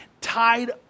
tied